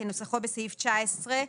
כנוסחו בסעיף 19,